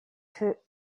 put